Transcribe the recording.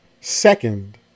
second